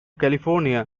california